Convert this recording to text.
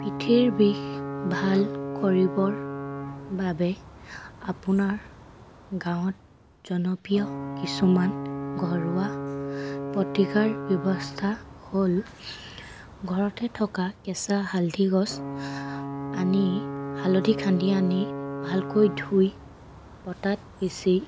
পিঠিৰ বিষ ভাল কৰিবৰ বাবে আপোনাৰ গাঁৱত জনপ্ৰিয় কিছুমান ঘৰুৱা প্ৰতিকাৰ ব্যৱস্থা হ'ল ঘৰতে থকা কেঁচা হালধি গছ আনি হালধি খান্দি আনি ভালকৈ ধুই পতাত পিছি